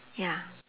ya